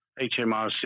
HMRC